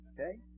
Okay